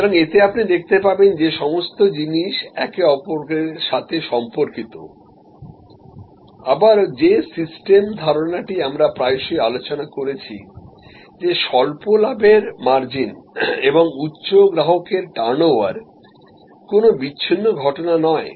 সুতরাং এতে আপনি দেখতে পাবেন যে সমস্ত জিনিস একে অপরের সাথে সম্পর্কিত আবারও যে সিস্টেম ধারণাটি আমরা প্রায়শই আলোচনা করেছি যে স্বল্প লাভের মার্জিন এবং উচ্চ গ্রাহকের টার্নওভার কোন বিচ্ছিন্ন ঘটনা নয়